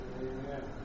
Amen